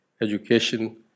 education